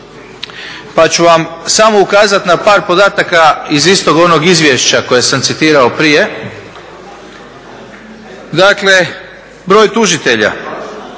pa ću vam samo ukazati na par podataka iz istog onog izvješća koje sam citirao prije. Dakle, broj tužitelja.